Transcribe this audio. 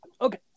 okay